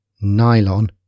Nylon